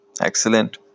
Excellent